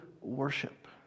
worship